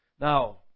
Now